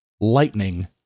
lightning